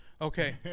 Okay